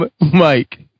Mike